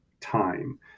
time